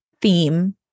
theme